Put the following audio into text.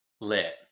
Lit